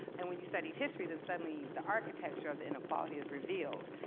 and when you studied history, then suddenly the architecture of the inequality is revealed,